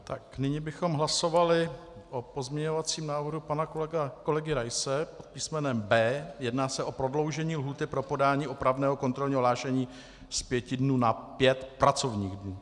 Tak nyní bychom hlasovali o pozměňovacím návrhu pana kolegy Raise pod písmenem B. Jedná se o prodloužení lhůty pro podání opravného kontrolního hlášení z pěti dnů na pět pracovních dnů.